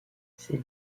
ces